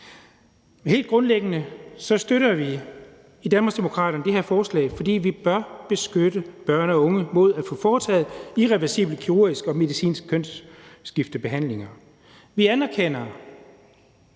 Helt grundlæggende støtter vi i Danmarksdemokraterne det her forslag, fordi vi bør beskytte børn og unge mod at få foretaget irreversibel kirurgisk og medicinsk kønsskiftebehandling.